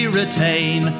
retain